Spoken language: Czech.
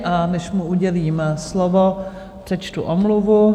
A než mu udělím slovo, přečtu omluvu.